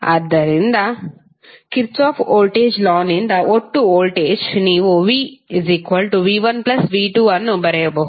ಆದ್ದರಿಂದ Kirchhoff voltage ಲಾನಿಂದ ಒಟ್ಟು ವೋಲ್ಟೇಜ್ ನೀವು vv1v2 ಅನ್ನು ಬರೆಯಬಹುದು